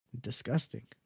disgusting